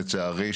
לצערי,